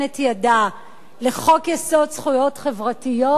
את ידה לחוק-יסוד: זכויות חברתיות,